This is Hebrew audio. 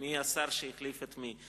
ומי השר שהחליף את מי.